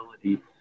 ability